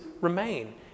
remain